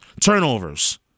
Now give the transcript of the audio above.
Turnovers